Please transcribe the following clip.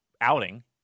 outing